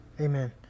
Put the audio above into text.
Amen